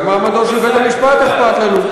גם ממעמדו של בית-המשפט אכפת לנו,